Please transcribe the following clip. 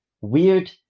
weird